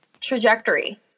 trajectory